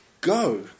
go